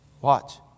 Watch